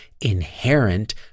inherent